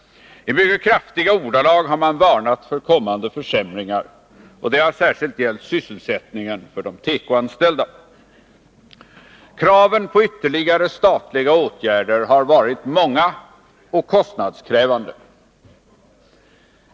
I mycket kraftiga ordalag har man varnat för kommande försämringar. Det har särskilt gällt sysselsättningen för de tekoanställda. Kraven på ytterligare statliga åtgärder har varit många — och kostnadskrävande.